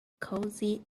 cozy